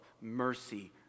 mercy